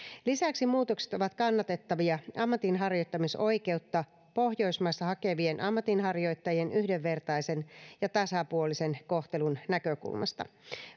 lisäksi muutokset ovat kannatettavia ammatinharjoittamisoikeutta pohjoismaissa hakevien ammatinharjoittajien yhdenvertaisen ja tasapuolisen kohtelun näkökulmasta